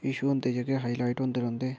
issue होंदे जेह्ड़े highlight होंदे रौंह्दे